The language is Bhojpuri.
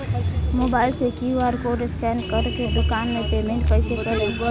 मोबाइल से क्यू.आर कोड स्कैन कर के दुकान मे पेमेंट कईसे करेम?